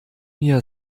mir